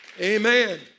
Amen